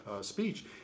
speech